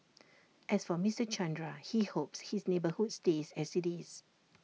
as for Mister Chandra he hopes his neighbourhood stays as IT is